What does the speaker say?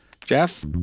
Jeff